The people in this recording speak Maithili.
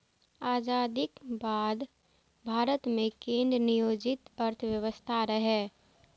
आजादीक बाद भारत मे केंद्र नियोजित अर्थव्यवस्था रहै